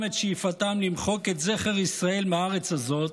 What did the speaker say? את שאיפתם למחוק את זכר ישראל מהארץ הזאת,